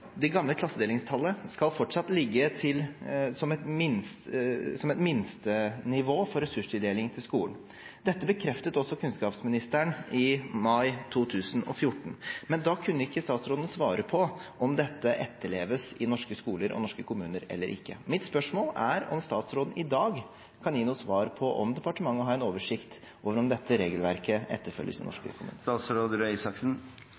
Det gamle klassedelingstallet skal fortsatt ligge som et minstenivå for ressurstildeling til skolen. Dette bekreftet også kunnskapsministeren i mai 2014, men da kunne ikke statsråden svare på om dette etterleves i norske skoler og norske kommuner eller ikke. Mitt spørsmål er om statsråden i dag kan gi noe svar på om departementet har en oversikt over hvordan dette regelverket etterfølges i